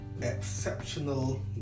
exceptional